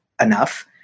enough